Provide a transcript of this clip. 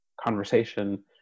conversation